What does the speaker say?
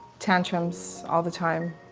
tantrums all the time.